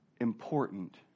important